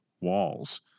walls